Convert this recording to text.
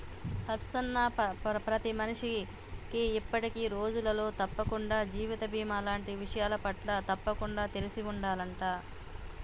లచ్చన్న ప్రతి మనిషికి ఇప్పటి రోజులలో తప్పకుండా జీవిత బీమా లాంటి విషయాలపట్ల తప్పకుండా తెలిసి ఉండాలంట